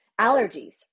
allergies